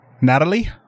Natalie